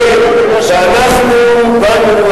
ואנחנו באנו,